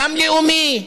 גם לאומי,